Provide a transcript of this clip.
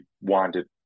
wanted